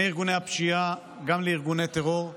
מארגוני הפשיעה גם לארגוני הטרור,